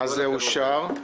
זה אושר.